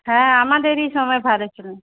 হ্যাঁ আমাদেরই সময় ভালো ছিল